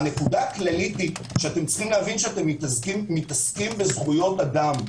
עליכם להבין שאתם מתעסקים בזכויות אדם.